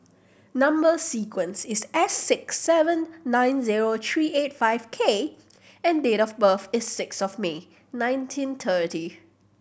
number sequence is S six seven nine zero three eight five K and date of birth is six of May nineteen thirty